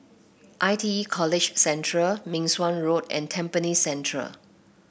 I T E College Central Meng Suan Road and Tampines Central